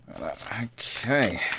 okay